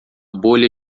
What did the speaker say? bolha